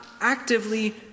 Actively